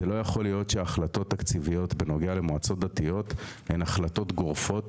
לא יכול להיות שהחלטות תקציביות בנוגע למועצות דתיות הן החלטות גורפות,